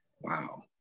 Wow